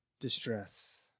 distress